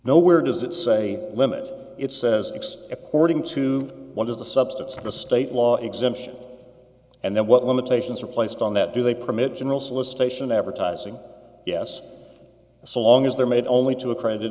know where does it say limit it says x according to what is the substance of the state law exemption and then what limitations are placed on that do they permit general solicitation advertising yes so long as they're made only to accredited